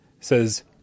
says